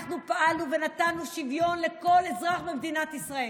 אנחנו פעלנו ונתנו שוויון לכל אזרח במדינת ישראל.